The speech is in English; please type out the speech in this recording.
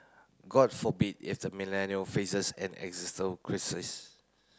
god forbid if the Millennial faces an crisis